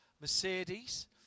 Mercedes